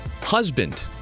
husband